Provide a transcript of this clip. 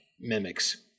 mimics